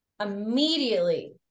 immediately